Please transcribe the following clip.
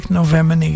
november